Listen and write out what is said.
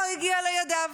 לא הגיע לידיו